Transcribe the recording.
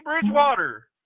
Bridgewater